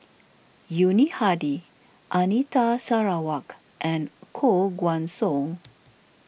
Yuni Hadi Anita Sarawak and Koh Guan Song